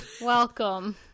Welcome